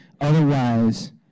Otherwise